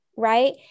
right